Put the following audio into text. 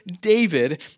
David